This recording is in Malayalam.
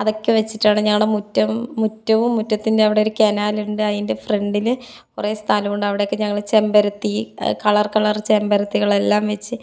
അതൊക്കെ വെച്ചിട്ടാണ് ഞങ്ങളുടെ മുറ്റം മുറ്റവും മുറ്റത്തിൻ്റെ അവിടെയൊരു കനാലുണ്ട് അതിൻ്റെ ഫ്രണ്ടിൽ കുറേ സ്ഥലമുണ്ട് അവിടെയൊക്കെ ഞങ്ങൾ ചെമ്പരത്തി കളർ കളർ ചെമ്പരത്തികളെല്ലാം വെച്ച്